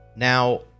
Now